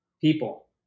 people